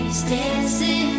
Dancing